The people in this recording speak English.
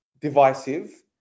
divisive